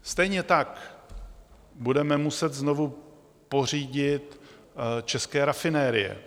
Stejně tak budeme muset znovu pořídit české rafinérie.